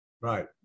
Right